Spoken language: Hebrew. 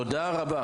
תודה רבה.